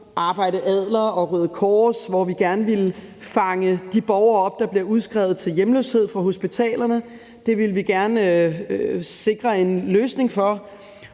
Arbejde Adler og Røde Kors, hvor vi gerne ville samle de borgere op, der bliver udskrevet til hjemløshed fra hospitalerne. Dem ville vi gerne sikre en løsning for,